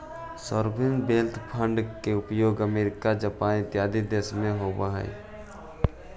sovereign wealth fund के उपयोग America Japan इत्यादि देश में होवऽ हई